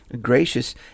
gracious